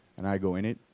and i go in it,